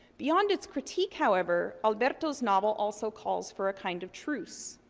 beyond its critique, however, alberto's novel also calls for a kind of truce.